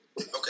Okay